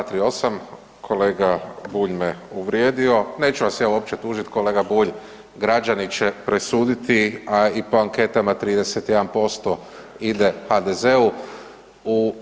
Čl. 238., kolega Bulj me uvrijedio, neću vas ja uopće tužit kolega Bulj, građani će presuditi, a i po anketama 31% ide HDZ-u.